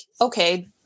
okay